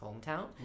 hometown